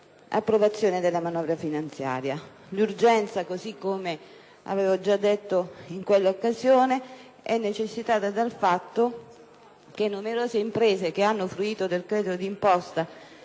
L'urgenza - così come avevo già detto in quell'occasione - è dovuta al fatto che numerose imprese che hanno fruito del credito d'imposta